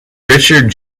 richard